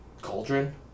cauldron